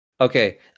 Okay